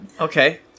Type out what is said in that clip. Okay